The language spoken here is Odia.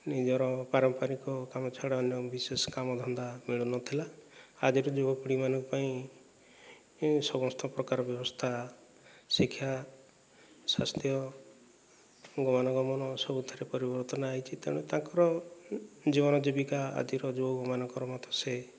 ନିଜର ପାରମ୍ପରିକ କାମ ଛଡ଼ା ଅନ୍ୟ ବିଶେଷ କାମ ଧନ୍ଧା ମିଳୁନଥିଲା ଆଜିର ଯୁବପିଢ଼ିମାନଙ୍କ ପାଇଁ ସମସ୍ତ ପ୍ରକାର ବ୍ୟବସ୍ଥା ଶିକ୍ଷା ସ୍ୱାସ୍ଥ୍ୟ ଗମନା ଗମନ ସବୁଥିରେ ପରିବର୍ତ୍ତନ ଆସିଛି ତେଣୁ ତାଙ୍କର ଜୀବନ ଜୀବିକା ଆଜିର ଯେଉଁମାନଙ୍କର ମତ ସେ